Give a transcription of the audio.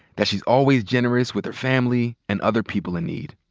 that she's always generous with her family and other people in need.